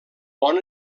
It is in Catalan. bon